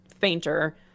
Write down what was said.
fainter